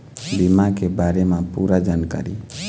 बीमा के बारे म पूरा जानकारी?